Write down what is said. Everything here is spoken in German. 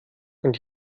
und